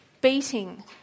beating